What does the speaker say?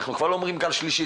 אנחנו כבר לא אומרים גל שלישי,